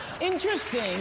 Interesting